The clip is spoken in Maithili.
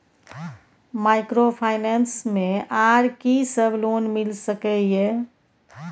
माइक्रोफाइनेंस मे आर की सब लोन मिल सके ये?